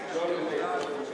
לא לומד, לא לומד.